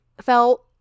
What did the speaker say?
felt